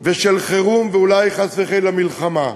ושל חירום, ואולי, חס וחלילה, מלחמה.